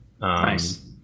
Nice